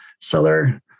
Seller